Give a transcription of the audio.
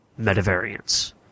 metavariants